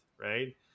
Right